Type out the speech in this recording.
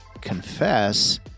confess